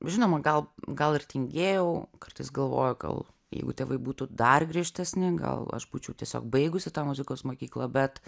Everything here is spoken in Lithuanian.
žinoma gal gal ir tingėjau kartais galvoju gal jeigu tėvai būtų dar griežtesni gal aš būčiau tiesiog baigusi tą muzikos mokyklą bet